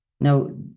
Now